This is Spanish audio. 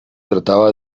trataba